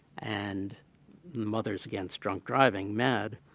and mothers against drunk driving, madd,